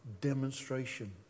demonstration